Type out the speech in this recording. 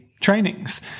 trainings